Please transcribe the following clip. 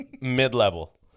mid-level